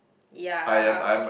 ya